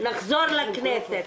נחזור לכנסת,